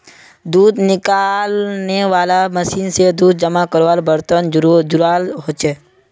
दूध निकालनेवाला मशीन से दूध जमा कारवार बर्तन जुराल होचे